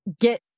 get